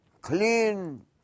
clean